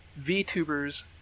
VTubers